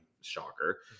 Shocker